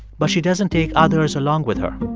but she doesn't take others along with her